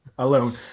Alone